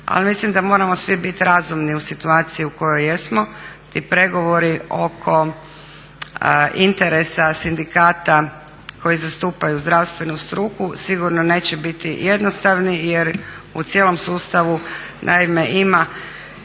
ali mislim da moramo svi bit razumni u situaciji u kojoj jesmo. Ti pregovori oko interesa sindikata koji zastupaju zdravstvenu struku sigurno neće biti jednostavni, jer u cijelom sustavu naime ima